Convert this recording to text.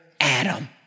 Adam